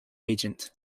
agent